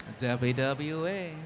WWE